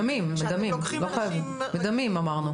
מדמים, אמרנו.